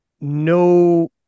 no